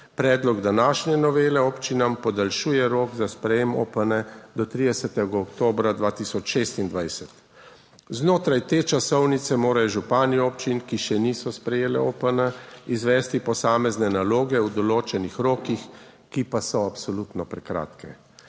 Predlog današnje novele občinam podaljšuje rok za sprejem OPN do 30. oktobra 2026. Znotraj te časovnice morajo župani občin, ki še niso sprejele OPN, izvesti posamezne naloge v določenih rokih, ki pa so absolutno prekratke.